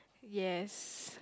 yes